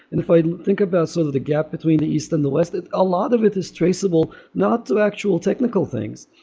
and if i think about so the the gap between the east and the west, a ah lot of it is traceable not to actual technical things,